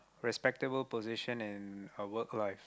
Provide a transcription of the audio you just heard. respectable position in a work life